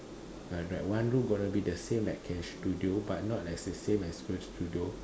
right right one room going to be the same like K studio but not like the same as first studio